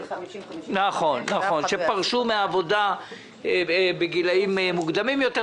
50 55. נשים שפרשו מן העבודה בגילאים מוקדמים יותר.